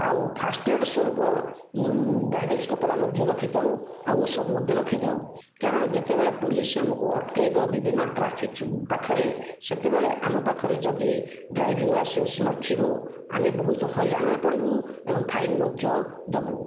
ଆଉ ଫାଷ୍ଟଏଡ଼ ସ୍ୱରୂପ ବ୍ୟାଣ୍ଡେଜ୍ କପଡ଼ା ମଧ୍ୟ ରଖିଥାଉ ଆଉ ଔଷଧ ମଧ୍ୟ ରଖିଥାଉ କାରଣ ଯେତେବେଳେ ପୋଲିସ୍ ଆମକୁ ଅଟକାଇବ ବିଭିନ୍ନ ଟ୍ରାଫିକ୍ ପାଖରେ ସେତେବେଳେ ଆମ ପାଖରେ ଯଦି ଡ୍ରାଇଭିଂ ଲାଇସେନ୍ସ ନଥିବ ଆମେ ବହୁତ ହଇରାଣରେ ପଡ଼ିବୁ ଏବଂ ଫାଇନ୍ ମଧ୍ୟ ଦେବୁ